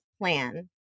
plan